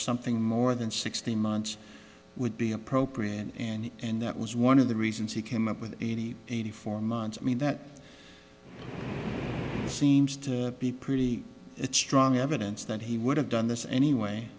something more than sixteen months would be appropriate and that was one of the reasons he came up with eighty eighty four months i mean that seems to be pretty strong evidence that he would have done this anyway